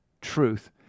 truth